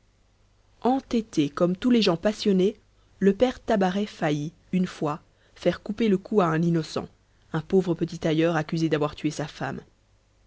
entêté comme tous les gens passionnés le père tabaret faillit une fois faire couper le cou à un innocent un pauvre petit tailleur accusé d'avoir tué sa femme